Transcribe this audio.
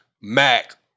Mac